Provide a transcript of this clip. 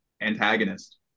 antagonist